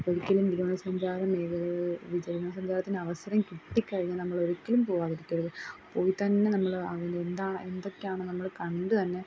ഒരിക്കലും വിനോദ സഞ്ചാര മേഖലകൾ വിനോദ സഞ്ചാരത്തിന് അവസരം കിട്ടിക്കഴിഞ്ഞാൽ നമ്മളൊരിക്കലും പോവാതിരിക്കരുത് പോയിത്തന്നെ നമ്മൾ അതിലെന്താണ് എന്തൊക്കെയാണ് നമ്മൾ കണ്ട് തന്നെ